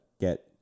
Get